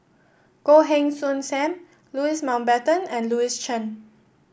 Goh Heng Soon Sam Louis Mountbatten and Louis Chen